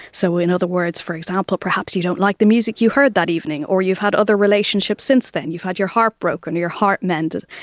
so, in other words, for example perhaps you don't like the music you heard that evening or you've had other relationships since then, you've had your heart broken or your heart mended,